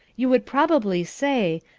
you would probably say,